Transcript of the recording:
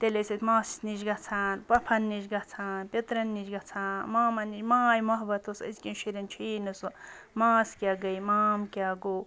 تیٚلہِ ٲسۍ أسۍ ماسہِ نِش گژھان پۄپھَن نِش گژھان پیٚترَن نِش گژھان مامَن نِش ماے محبت اوس أزۍکٮ۪ن شُرٮ۪ن چھُ یی نہٕ سُہ ماس کیٛاہ گٔے مام کیٛاہ گوٚو